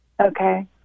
Okay